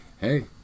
hey